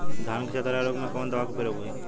धान के चतरा रोग में कवन दवा के प्रयोग होई?